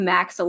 Max